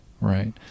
Right